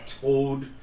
told